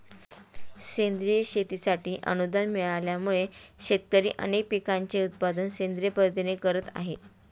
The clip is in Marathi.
सेंद्रिय शेतीसाठी अनुदान मिळाल्यामुळे, शेतकरी अनेक पिकांचे उत्पादन सेंद्रिय पद्धतीने करत आहेत